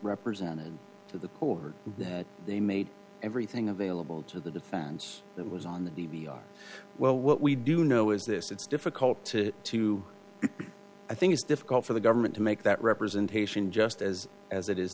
represented the poor they made everything available to the defense that was on the d v r well what we do know is this it's difficult to to i think it's difficult for the government to make that representation just as as it is